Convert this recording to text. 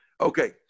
Okay